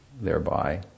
thereby